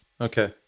Okay